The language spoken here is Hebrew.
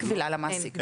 אין כבילה למעסיק,